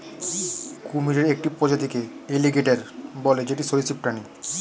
কুমিরের একটি প্রজাতিকে এলিগেটের বলে যেটি সরীসৃপ প্রাণী